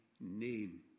name